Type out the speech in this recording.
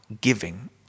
giving